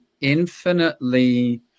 infinitely